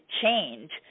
change